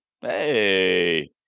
Hey